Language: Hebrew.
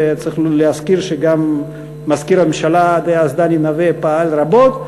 וצריך להזכיר שגם מזכיר הממשלה דאז דני נוה פעל רבות,